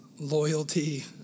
loyalty